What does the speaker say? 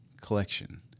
collection